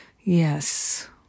Yes